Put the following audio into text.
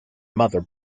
mother